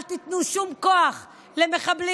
אל תיתנו שום כוח למחבלים.